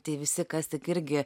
tai visi kas tik irgi